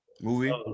movie